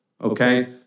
Okay